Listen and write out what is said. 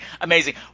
amazing